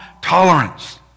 tolerance